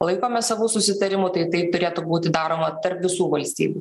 laikomės savų susitarimų tai tai turėtų būti daroma tarp visų valstybių